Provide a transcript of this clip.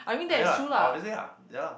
no ya lah obviously lah ya lah